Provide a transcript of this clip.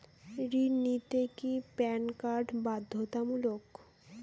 ঋণ নিতে কি প্যান কার্ড বাধ্যতামূলক?